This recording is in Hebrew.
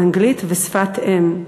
אנגלית ושפת אם,